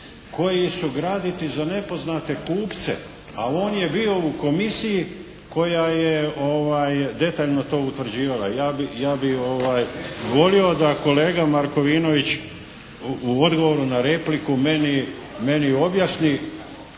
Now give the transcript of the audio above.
koji su graditi za nepoznate kupce a on je bio u komisiji koja je detaljno to utvrđivala. Ja bih volio da kolega Markovinović u odgovoru na repliku meni objasni